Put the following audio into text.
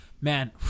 Man